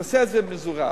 הנושא הזה מזורז,